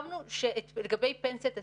לגבי פנסיית הצל,